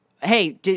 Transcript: hey